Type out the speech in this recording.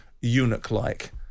eunuch-like